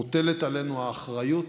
מוטלת עלינו האחריות